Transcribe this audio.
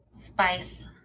spice